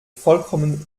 vollkommen